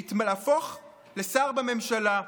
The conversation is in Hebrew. להפוך לשר בממשלה.